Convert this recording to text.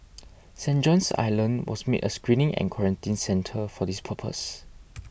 Saint John's Island was made a screening and quarantine centre for this purpose